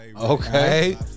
okay